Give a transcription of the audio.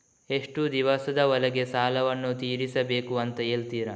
ಎಷ್ಟು ದಿವಸದ ಒಳಗೆ ಸಾಲವನ್ನು ತೀರಿಸ್ಬೇಕು ಅಂತ ಹೇಳ್ತಿರಾ?